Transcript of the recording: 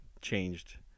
changed